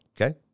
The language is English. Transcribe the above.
okay